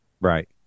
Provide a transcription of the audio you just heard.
right